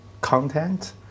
content